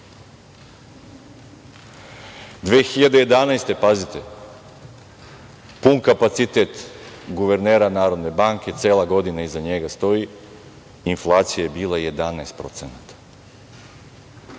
2011, pazite, pun kapacitet guvernera Narodne banke, cela godina iza njega stoji, inflacija je bila 11%.